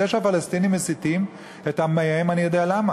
זה שהפלסטינים מסיתים את עמיהם, אני יודע למה,